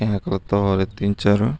కేకలతో హోరెత్తించారు